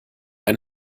ein